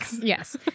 Yes